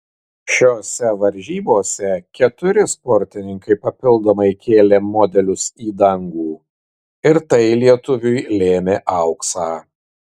šiose varžybose keturi sportininkai papildomai kėlė modelius į dangų ir tai lietuviui lėmė auksą